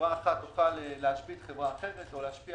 שחברה אחת תוכל להשבית חברה אחרת או להשפיע